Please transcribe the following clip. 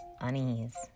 unease